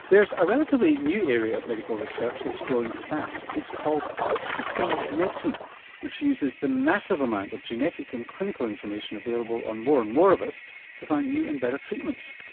there's a relatively new area of medical research that's growing fast, it's called systems medicine which uses the massive amount of genetic and clinical information available on more and more of us to find new and better treatments.